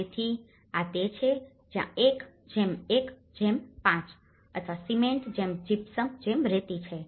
તેથી આ તે છે જ્યાં 1 1 5 અથવા સિમેન્ટજીપ્સમરેતી છે